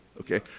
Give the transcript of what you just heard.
okay